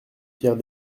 pierre